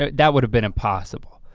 ah that would have been impossible.